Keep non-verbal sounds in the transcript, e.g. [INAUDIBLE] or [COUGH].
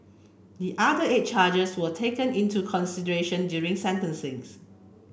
the other eight charges were taken into consideration during [UNINTELLIGIBLE]